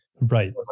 right